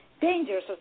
dangers